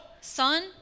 son